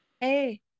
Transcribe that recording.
Hey